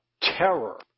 terror